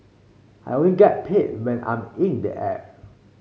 I only get paid when I'm in the air